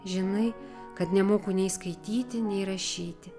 žinai kad nemoku nei skaityti nei rašyti